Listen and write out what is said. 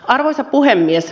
arvoisa puhemies